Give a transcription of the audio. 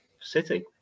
City